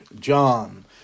John